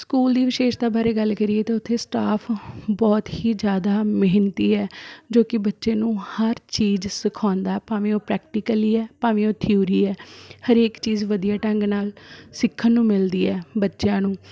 school ਦੀ ਵਿਸ਼ੇਸ਼ਤਾ ਬਾਰੇ ਗੱਲ ਕਰੀਏ ਤਾਂ ਉੱਥੇ ਸਟਾਫ਼ ਬਹੁਤ ਹੀ ਜ਼ਿਆਦਾ ਮਿਹਨਤੀ ਹੈ ਜੋ ਕਿ ਬੱਚੇ ਨੂੰ ਹਰ ਚੀਜ਼ ਸਿਖਾਉਂਦਾ ਭਾਵੇਂ ਉਹ ਪ੍ਰੈਕਟੀਕਲੀ ਹੈ ਭਾਵੇਂ ਉਹ ਥਿਊਰੀ ਹੈ ਹਰੇਕ ਚੀਜ਼ ਵਧੀਆ ਢੰਗ ਨਾਲ਼ ਸਿੱਖਣ ਨੂੰ ਮਿਲਦੀ ਹੈ ਬੱਚਿਆਂ ਨੂੰ